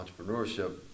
entrepreneurship